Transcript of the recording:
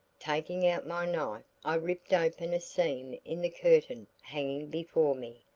taking out my knife, i ripped open a seam in the curtain hanging before me,